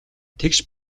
тэгш